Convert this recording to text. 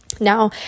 Now